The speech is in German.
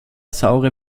saure